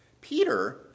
Peter